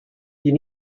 you